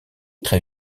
très